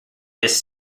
his